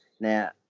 Now